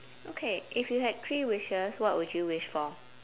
okay if you had three wishes what would you wish for